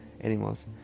animals